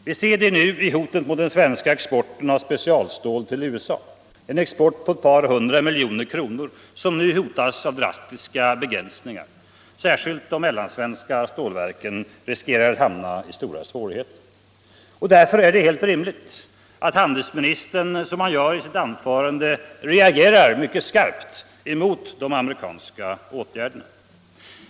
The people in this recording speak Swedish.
Vi ser det nu i hotet mot den svenska exporten av specialstål vill USA, en export på ett par hundra milj.kr. som nu hotas av drastiska begränsningar. Särskilt de mellansvenska stålverken riskerar att hamna i stora svårigheter. Därför är det rimligt att handelsministern, som han gör i sitt anförande, reagerar skarpt mot de amerikanska åtgärderna.